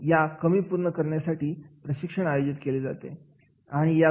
मग या कमी पूर्ण करण्यासाठी प्रशिक्षण आयोजित केले गेले